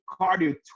cardio